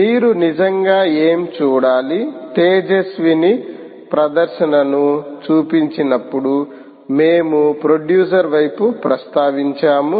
మీరు నిజంగా ఏమి చూడాలి తేజస్విని ప్రదర్శనను చూపించినప్పుడు మేము ప్రొడ్యూసర్ వైపు ప్రస్తావించాము